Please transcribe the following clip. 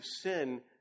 sin